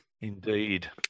Indeed